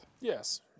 Yes